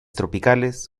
tropicales